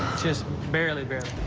just barely, barely.